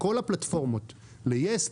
לכל הפלטפורמות: ל-YES,